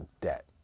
debt